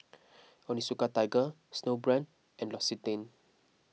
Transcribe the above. Onitsuka Tiger Snowbrand and L'Occitane